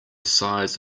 size